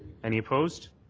any opposed?